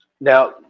Now